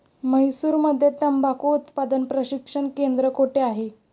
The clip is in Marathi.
म्हैसूरमध्ये तंबाखू उत्पादन प्रशिक्षण केंद्र कोठे आहे?